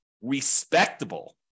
respectable